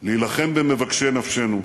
להילחם במבקשי נפשנו,